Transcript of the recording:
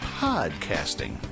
podcasting